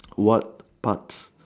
what parts